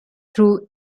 through